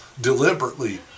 deliberately